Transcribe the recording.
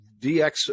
dx